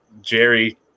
Jerry